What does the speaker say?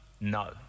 No